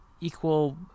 equal